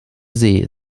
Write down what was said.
see